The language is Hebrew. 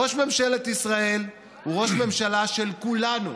ראש ממשלת ישראל הוא ראש ממשלה של כולנו.